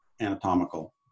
Anatomical